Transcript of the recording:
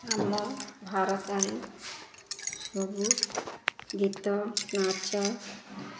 ଆମ ଭାରତରେ ସବୁ ଗୀତ ନାଚ